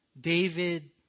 David